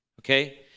okay